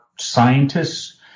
scientists